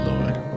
Lord